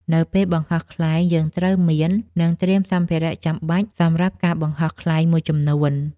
នៅពេលបង្ហោះខ្លែង យើងត្រូវមាន និងត្រៀមសម្ភារៈចាំបាច់សម្រាប់ការបង្ហោះខ្លែងមួយចំនួន។